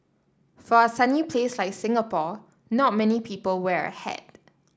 for a sunny place like Singapore not many people wear a hat